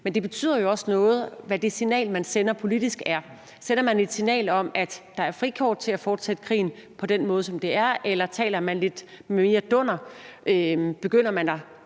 men det betyder jo også noget, hvad det politiske signal, man sender, er. Sender man et signal om, at der er fripas til at fortsætte krigen på den måde, som det sker, eller taler man lidt mere dunder? Hvis man